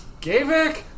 Gavik